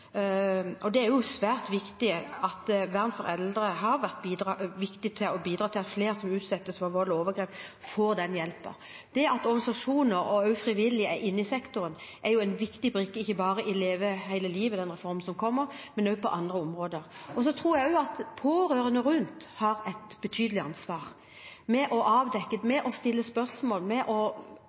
for eldre» har vært svært viktig med tanke på å bidra til at flere som utsettes for vold og overgrep, får den hjelpen. Det at organisasjoner og frivillige er inne i sektoren, er også en viktig brikke, ikke bare i «Leve hele livet», reformen som kommer, men også på andre områder. Jeg tror også at pårørende rundt har et betydelig ansvar – for å avdekke, for å stille spørsmål, for å